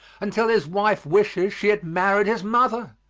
until his wife wishes she had married his mother.